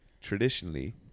traditionally